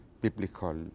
biblical